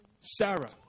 Sarah